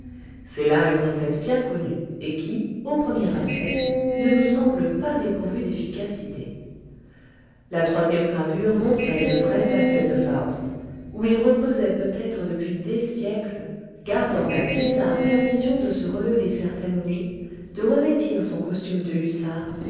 c'est là une recette bien connue et qui au premier aspect ne nous semble pas dépourvue d'efficacité la troisième gravure montrait le vrai cercueil de faust où il reposait peut-être depuis des siècles gardant la bizarre permission de se relever certaines nuits de revêtir son costume de hussard